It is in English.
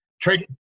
trade